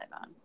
on